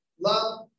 Love